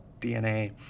DNA